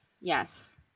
Yes